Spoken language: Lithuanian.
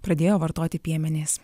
pradėjo vartoti piemenys